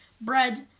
bread